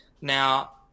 Now